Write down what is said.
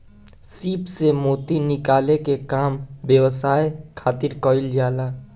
सीप से मोती निकाले के काम व्यवसाय खातिर कईल जाला